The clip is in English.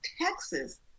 Texas